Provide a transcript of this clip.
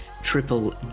triple